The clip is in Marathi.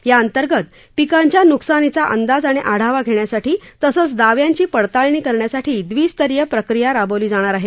याअंतर्गत पिकांच्या न्कसानीचा अंधाज आणि आढावा घेण्यासाठी तसंच ाव्यांची पडताळणी करण्यासाठी द्विस्तरीय प्रक्रिया राबवली जाणार आहे